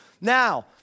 Now